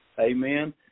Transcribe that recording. amen